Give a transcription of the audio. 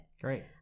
great